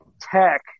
tech